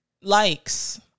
likes